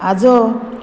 आजो